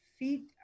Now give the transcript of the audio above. Feet